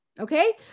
Okay